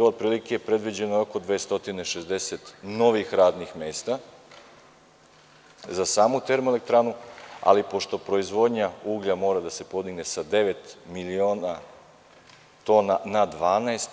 Otprilike, predviđeno je nekih 260 novih radnih mesta za samu termoelektranu, ali pošto proizvodnja uglja mora da se podignesa devet miliona tona na 12,